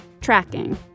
tracking